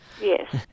Yes